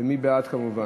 ומי בעד, כמובן?